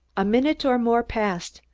a minute or more passed,